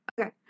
Okay